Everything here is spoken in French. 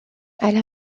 elle